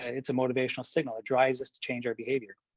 it's a motivational signal. it drives us to change our behavior.